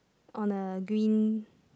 on a green